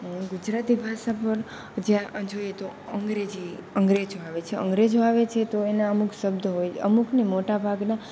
ગુજરાતી ભાષા પણ જોઈએ તો અંગ્રેજી અંગ્રેજો આવે છે અંગ્રેજો આવે છે તો એના અમુક શબ્દો હોય અમુક નહીં મોટા ભાગના